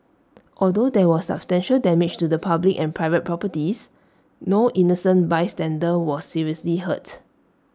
although there was substantial damage to the public and private properties no innocent bystander was seriously hurt